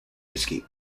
escape